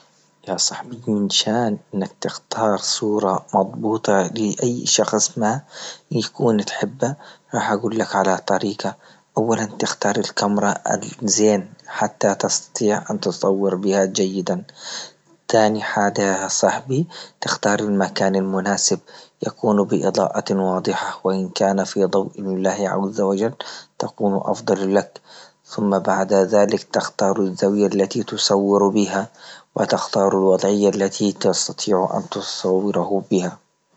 يا صاحبتي مشان أنك تختار صورة مضبوطة لأي شخص ما يكون تحبه راح أقول لك على طريقة، أولا تختار الكاميرا الزين حتى تستطيع أن تصور بها جيدا، تاني حادة يا صاحبي تختار المكان المناسب يكون بإضاءة واضحة وإن كان في ضوء لله عز وجل تكون أفضل لك، ثم بعد ذلك تختار الزاوية التي تصور بها وتختار الوضعية التي تستطيع أن تصوره بها.